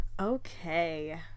Okay